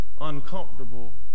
uncomfortable